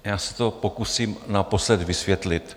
Já se to pokusím naposled vysvětlit.